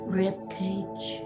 ribcage